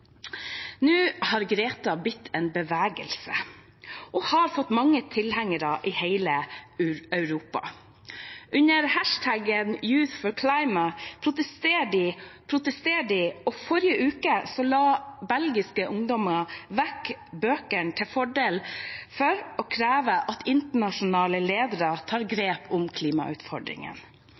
Nå har Greta fått til en bevegelse og har fått mange tilhengere i hele Europa. Under #YouthforClimate protesterer de, og forrige uke la belgiske ungdommer vekk bøkene til fordel for å kreve at internasjonale ledere tar grep om